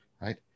right